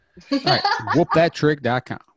whoopthattrick.com